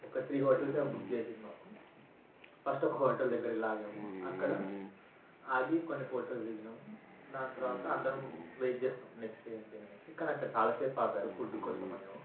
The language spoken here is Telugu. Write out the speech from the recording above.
ఒక త్రీ హోటల్సేమో బుక్ చేసిండు మాకు ఫస్ట్ ఒక హోటల్ దగ్గరెళ్ళాగాము అక్కడ ఆగి కొన్ని ఫొటోస్ దిగినాము దాని తర్వాత అందరం వెయిట్ చేస్తున్నాం నెక్స్ట్ ఏంటి అనేసి కానక్కడ చాల సేపు ఆపారు ఫుడ్డు కోసమనేమో